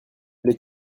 les